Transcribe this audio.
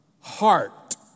heart